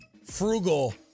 Frugal